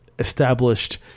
Established